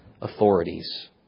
authorities